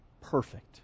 perfect